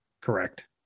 Correct